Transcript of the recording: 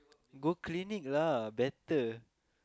go clinic lah better